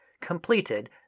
completed